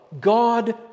God